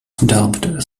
dubbed